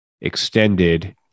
extended